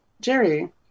Jerry